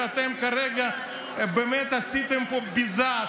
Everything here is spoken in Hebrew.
שאתם כרגע באמת עשיתם פה ביזה,